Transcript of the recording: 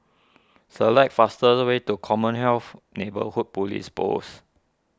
select fastest way to Commonwealth Neighbourhood Police Post